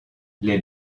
les